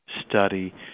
study